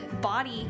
body